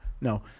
No